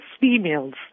females